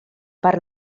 per